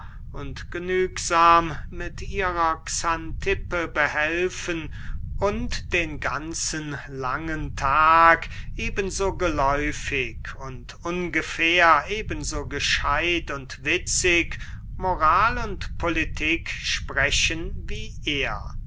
und genügsam mit ihrer xantippe behelfen und den ganzen langen tag eben so geläufig und ungefähr eben so gescheidt und witzig moral und politik sprechen wie er